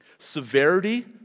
Severity